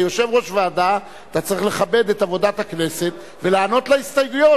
כיושב-ראש ועדה אתה צריך לכבד את עבודת הכנסת ולענות על ההסתייגויות.